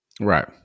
Right